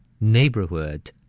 Neighborhood